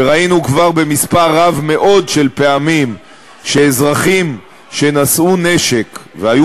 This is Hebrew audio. ראינו כבר במספר רב מאוד של פעמים שאזרחים שנשאו נשק והיו